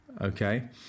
okay